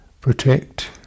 protect